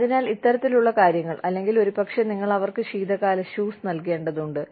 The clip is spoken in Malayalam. അതിനാൽ ഇത്തരത്തിലുള്ള കാര്യങ്ങൾ അല്ലെങ്കിൽ ഒരുപക്ഷേ നിങ്ങൾ അവർക്ക് ശീതകാല ഷൂസ് നൽകേണ്ടതുണ്ട്